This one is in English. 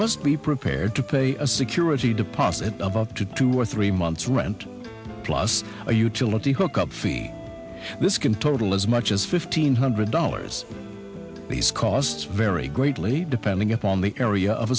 must be prepared to pay a security deposit of up to two or three months rent plus a utility hook up fee this can total as much as fifteen hundred dollars these costs vary greatly depending upon the area of